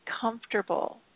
comfortable